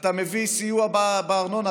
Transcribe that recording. אתה מביא סיוע בארנונה,